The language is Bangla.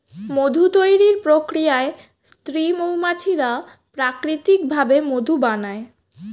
মধু তৈরির প্রক্রিয়ায় স্ত্রী মৌমাছিরা প্রাকৃতিক ভাবে মধু বানায়